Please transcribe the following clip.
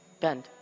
bend